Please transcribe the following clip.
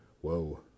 whoa